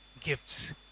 gifts